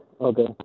Okay